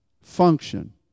function